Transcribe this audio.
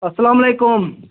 اسلام علیکُم